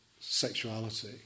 sexuality